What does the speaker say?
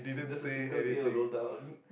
just a single tear roll down